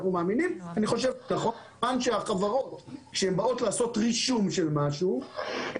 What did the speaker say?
אנחנו מאמינים שחברות שבאות לעשות רישום של משהו,